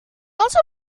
also